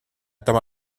этом